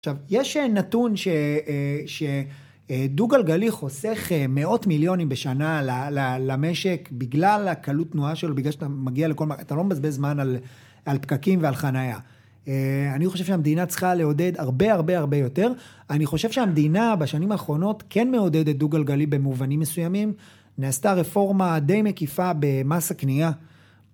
עכשיו יש נתון שדוגל גלי חוסך מאות מיליונים בשנה למשק בגלל הקלות תנועה שלו, בגלל שאתה לא מבזבז זמן על פקקים ועל חניה, אני חושב שהמדינה צריכה לעודד הרבה הרבה הרבה יותר, אני חושב שהמדינה בשנים האחרונות כן מעודדת דוגל גלי במובנים מסוימים, נעשתה רפורמה די מקיפה במס הכניעה